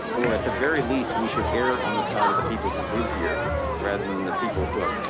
or at the very least we should err, on the side of the people who live here rather than the people who have,